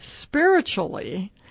spiritually